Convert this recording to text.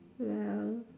well